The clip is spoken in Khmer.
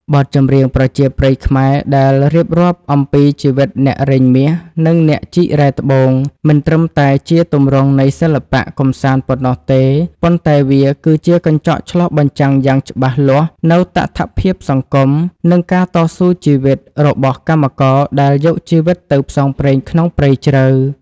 បទចម្រៀងប្រជាប្រិយខ្មែរដែលរៀបរាប់អំពីជីវិតអ្នករែងមាស និងអ្នកជីករ៉ែត្បូង មិនត្រឹមតែជាទម្រង់នៃសិល្បៈកម្សាន្តប៉ុណ្ណោះទេ ប៉ុន្តែវាគឺជាកញ្ចក់ឆ្លុះបញ្ចាំងយ៉ាងច្បាស់លាស់នូវតថភាពសង្គម និងការតស៊ូជីវិតរបស់កម្មករដែលយកជីវិតទៅផ្សងព្រេងក្នុងព្រៃជ្រៅ។